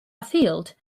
afield